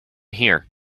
here